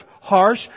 harsh